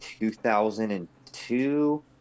2002